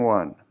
one